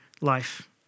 life